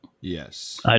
Yes